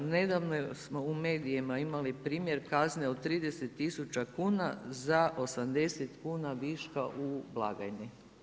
Nedavno smo u medijima imali primjer kazne od 30 tisuća kuna za 80 kuna viška u blagajni.